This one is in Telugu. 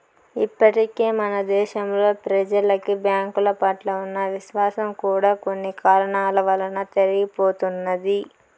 ఇప్పటికే మన దేశంలో ప్రెజలకి బ్యాంకుల పట్ల ఉన్న విశ్వాసం కూడా కొన్ని కారణాల వలన తరిగిపోతున్నది